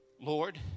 Lord